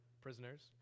prisoners